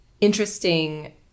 interesting